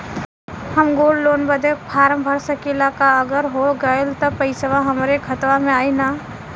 हम gold loan बड़े form भर सकी ला का अगर हो गैल त पेसवा हमरे खतवा में आई ना?